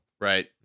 Right